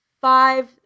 five